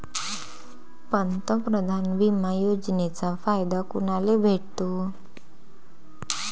पंतप्रधान बिमा योजनेचा फायदा कुनाले भेटतो?